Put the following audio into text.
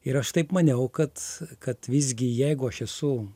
ir aš taip maniau kad kad visgi jeigu aš esu